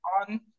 on